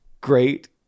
Great